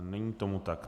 Není tomu tak.